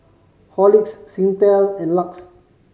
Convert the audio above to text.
Horlicks Singtel and LUX